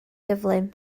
gyflym